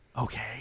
Okay